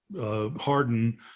Harden